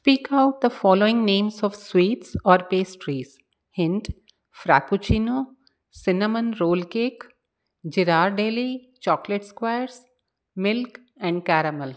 speak out the followings names of sweets और pastries hint frappuccino cinnamon roll cake Ghirardelli chocolate squares milk and caramel